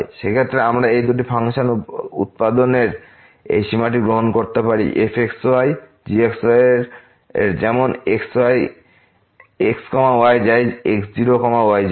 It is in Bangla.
সেক্ষেত্রে আমরা এই দুটি ফাংশন উৎপাদনের এই সীমাটি গণনা করতে পারি f x y g x y এর যেমন x y যায় x0 y0